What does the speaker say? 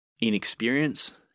inexperience